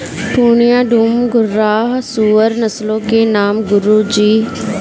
पूर्णिया, डूम, घुर्राह सूअर नस्लों के नाम है गुरु जी